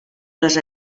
les